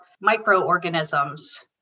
microorganisms